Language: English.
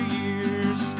years